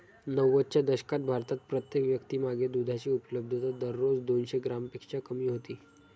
नव्वदच्या दशकात भारतात प्रत्येक व्यक्तीमागे दुधाची उपलब्धता दररोज दोनशे ग्रॅमपेक्षा कमी होती